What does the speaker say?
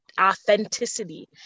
authenticity